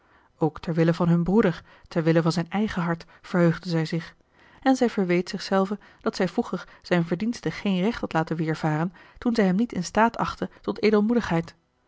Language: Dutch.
ook terwille van hun broeder terwille van zijn eigen hart verheugde zij zich en zij verweet zichzelve dat zij vroeger zijn verdienste geen recht had laten weervaren toen zij hem niet in staat achtte tot